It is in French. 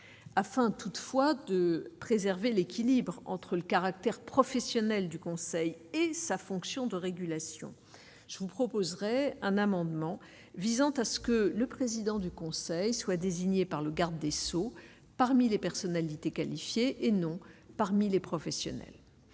afin toutefois de préserver l'équilibre entre le caractère professionnel du Conseil et sa fonction de régulation je vous proposerai un amendement visant à ce que le président du Conseil soient désignés par le garde des Sceaux, parmi les personnalités qualifiées et non parmi les professionnels